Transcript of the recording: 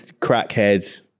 crackhead